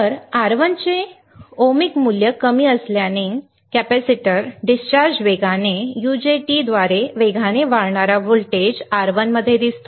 तर R1 चे ohmic मूल्य खूप कमी असल्याने कॅपेसिटर डिस्चार्ज वेगाने यूजेटीद्वारे वेगाने वाढणारा व्होल्टेज R1 मध्ये दिसतो